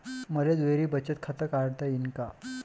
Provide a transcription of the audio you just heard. मले दुहेरी बचत खातं काढता येईन का?